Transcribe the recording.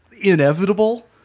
inevitable